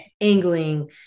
angling